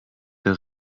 der